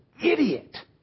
idiot